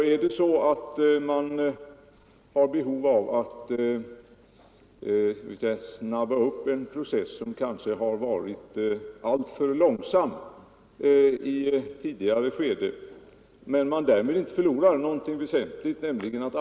Har man behov av att snabba på beredningens en process som kanske varit alltför långsam i ett tidigare skede utan att förslag därmed förlora något väsentligt bör man göra detta.